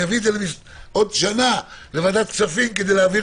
אביא את זה עוד שנה לוועדת כספים כדי להעביר